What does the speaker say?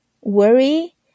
worry